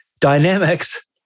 Dynamics